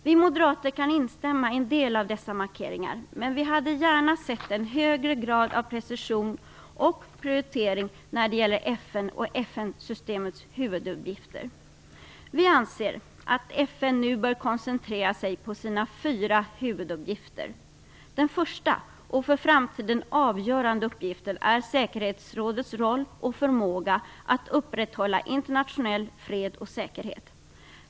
Vi moderater kan instämma i en del av dessa markeringar, men vi hade gärna sett en högre grad av precision och prioritering när det gäller FN och FN Vi anser att FN nu bör koncentrera sig på sina fyra huvuduppgifter. Den första och för framtiden avgörande uppgiften är säkerhetsrådets roll och förmåga att upprätthålla internationell fred och säkerhet.